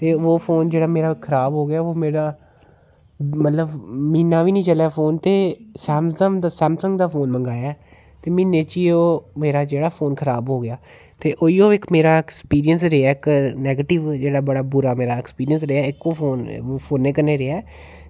ते ओह् फोन जेह्ड़ा मेरा खराब हो गेआ ओह् मेरा म्हीना बी निं चला फोन ते सैमसंग दा फोन मंगाया ते म्हीनै च गै ओह् फोन मेरा जेह्ड़ा खराब होई गेआ ते उऐ मेरा इक एक्सपीरियंस जेह्ड़ा नैगेटिव होया जेह्ड़ा बड़ा बुरा मेरा एक्सपीरियंस रेहा ओह् फोनै कन्नै रेहा ऐ